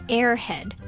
airhead